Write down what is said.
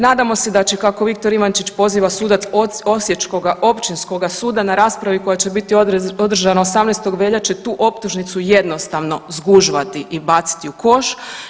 Nadamo se da će kako Viktor Ivančić poziva sudac Osječkoga općinskoga suda na raspravi koja će biti održana 18. veljače tu optužnicu jednostavno zgužvati i baciti u koš.